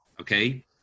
okay